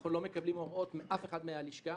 אנחנו לא מקבלים הוראות מאף אחד מהלשכה.